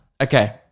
Okay